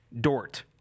Dort